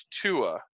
Tua